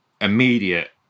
immediate